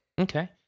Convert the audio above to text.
Okay